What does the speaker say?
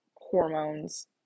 hormones